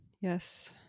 yes